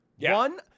One